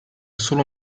solo